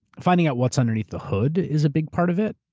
finding out what's underneath the hood is a big part of it.